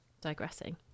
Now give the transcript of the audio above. digressing